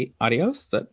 Adios